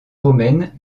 romaine